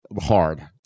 hard